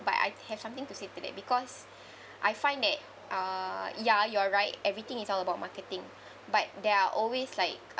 but I have something to say to that because I find that uh ya you are right everything is all about marketing but there are always like